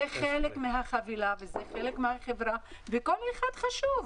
זה חלק מהחבילה וזה חלק מהחברה וכל אחד חשוב.